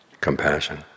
compassion